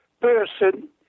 person